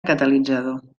catalitzador